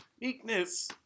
Meekness